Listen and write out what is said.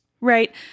Right